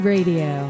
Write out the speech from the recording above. Radio